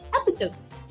episodes